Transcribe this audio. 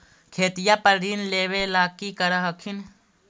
खेतिया पर ऋण लेबे ला की कर हखिन?